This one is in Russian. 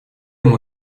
ему